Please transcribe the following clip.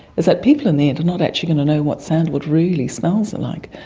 is that people in the end are not actually going to know what sandalwood really smells like.